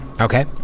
Okay